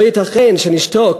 לא ייתכן שנשתוק